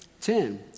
Ten